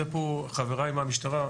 זה אחריות של חבריי פה מהמשטרה.